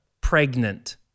pregnant